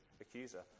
accuser